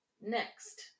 Next